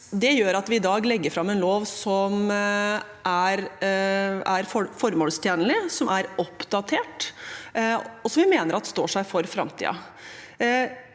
Det gjør at vi i dag legger fram en lov som er formålstjenlig, oppdatert og står seg for framtiden.